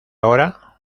hora